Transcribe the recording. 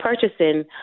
purchasing